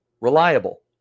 Reliable